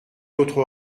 notre